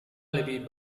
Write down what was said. lebih